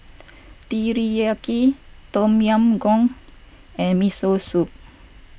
Teriyaki Tom Yam Goong and Miso Soup